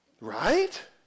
Right